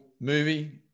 movie